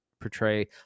portray